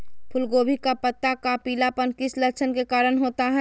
फूलगोभी का पत्ता का पीलापन किस लक्षण के कारण होता है?